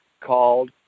called